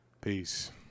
Peace